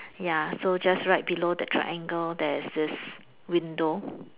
ya so just right below the triangle there's this window